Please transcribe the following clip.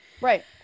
right